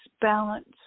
balance